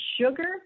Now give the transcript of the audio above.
sugar